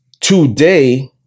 today